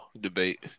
debate